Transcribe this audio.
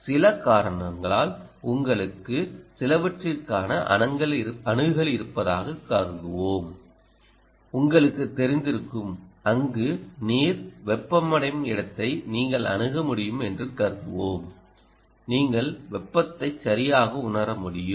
சில காரணங்களால் உங்களுக்கு சிலவற்றிற்கான அணுகல் இருப்பதாகக் கருதுவோம்உங்களுக்குத் தெரிந்திருக்கும் அங்கு நீர்வெப்பமடையும் இடத்தை நீங்கள் அணுக முடியும் என்று கருதுவோம் நீங்கள் வெப்பத்தை சரியாக உணர முடியும்